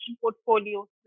portfolios